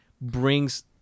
brings